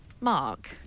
Mark